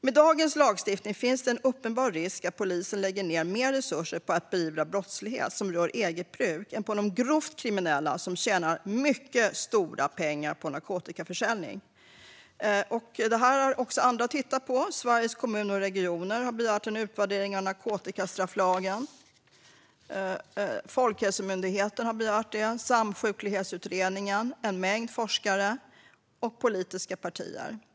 Med dagens lagstiftning finns det en uppenbar risk att polisen lägger ned mer resurser på att beivra brottslighet som rör eget bruk än på de grovt kriminella som tjänar mycket stora pengar på narkotikaförsäljning. Det här har också andra tittat på. Sveriges Kommuner och Regioner har begärt en utvärdering av narkotikastrafflagen. Även Folkhälsomyndigheten har begärt en utvärdering. Det gäller även Samsjuklighetsutredningen, en mängd forskare och politiska partier.